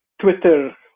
Twitter